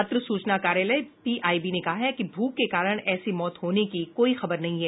पत्र सूचना कार्यालय पीआईबी ने कहा है कि भूख के कारण ऐसी मौत होने की कोई खबर नहीं है